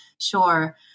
sure